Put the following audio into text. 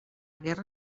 guerra